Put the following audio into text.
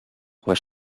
were